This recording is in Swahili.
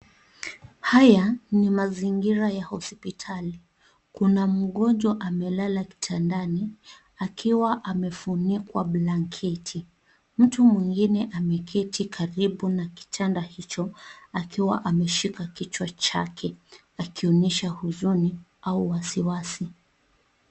Haya ni mazingira ya hospitali. Kuna mgonjwa amelala kitandani akiwa amefunikwa blanketi. Mtu mwingine ameketi karibu na kitanda hicho akiwa ameshika kichwa chake akionyesha huzuni au wasiwasi.